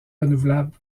renouvelables